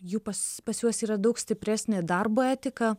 jų pas pas juos yra daug stipresnė darbo etika